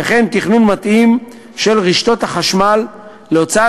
וכן תכנון מתאים של רשתות החשמל להוצאת